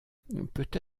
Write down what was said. peut